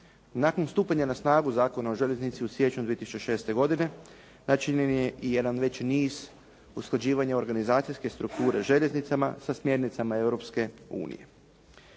Nakon stupanja na snagu Zakona o željeznici 2006. godine, načinjen je i jedan veći niz usklađivanja organizacijske strukture željeznicama sa smjernicama Europske unije.